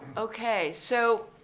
okay, so